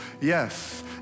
Yes